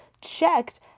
checked